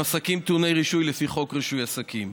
עסקים טעוני רישוי לפי חוק רישוי עסקים.